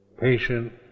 patient